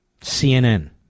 CNN